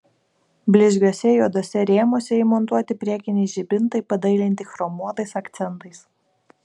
blizgiuose juoduose rėmuose įmontuoti priekiniai žibintai padailinti chromuotais akcentais